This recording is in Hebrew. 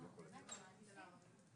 התלייה או אחת מהן.